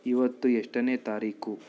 ಇವತ್ತು ಎಷ್ಟನೇ ತಾರೀಖು